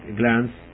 glance